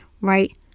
right